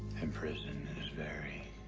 and prison is very,